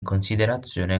considerazione